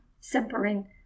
simpering